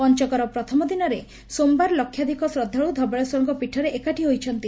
ପଞ୍ଚକର ପ୍ରଥମ ଦିନରେ ସୋମବାର ଲକ୍ଷାଧିକ ଶ୍ରଦ୍ଧାଳୁ ଧବଳେଶ୍ୱରଙ୍କ ପୀଠରେ ଏକାଠି ହୋଇଛନ୍ତି